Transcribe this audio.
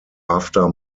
after